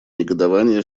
негодование